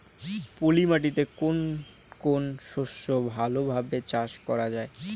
পলি মাটিতে কোন কোন শস্য ভালোভাবে চাষ করা য়ায়?